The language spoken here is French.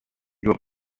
doit